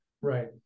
Right